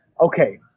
Okay